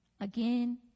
Again